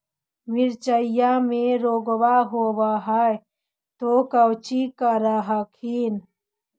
मिर्चया मे रोग्बा होब है तो कौची कर हखिन?